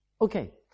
Okay